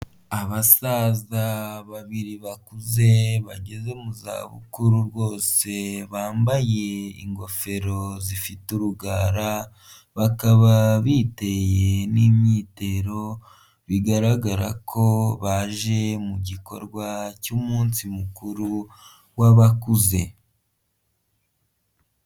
Abasaza babiri bakuze bageze mu za bukuru rwose bambaye ingofero zifite urugara bakaba biteye n'imyitero bigaragara ko baje mu gikorwa cy'umunsi mukuru w'abakuze.